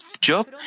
Job